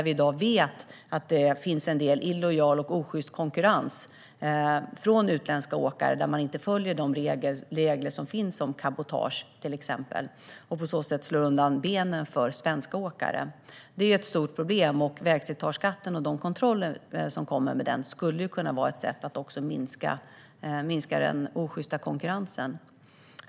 Vi vet att det i dag finns en del illojal och osjyst konkurrens från utländska åkare som inte följer de regler som finns om till exempel cabotage och som på så sätt slår undan benen för svenska åkare. Detta är ett stort problem, och vägslitageskatten och de kontroller som kommer med den skulle kunna vara ett sätt att minska den osjysta konkurrensen.